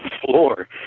floor